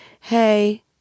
hey –